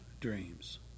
dreams